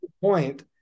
point